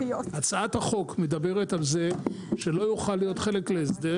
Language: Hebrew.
הצעת החוק מדברת על זה שלא יוכל להיות חלק להסדר